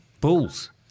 Bulls